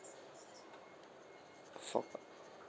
four per~